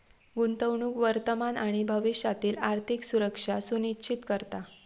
गुंतवणूक वर्तमान आणि भविष्यातील आर्थिक सुरक्षा सुनिश्चित करता